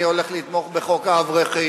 אני הולך לתמוך בחוק האברכים,